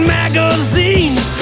magazines